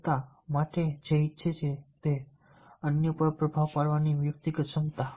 સત્તા માટે કે જે ઇચ્છા છે અન્ય પર પ્રભાવ પાડવાની વ્યક્તિની ક્ષમતા